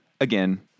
again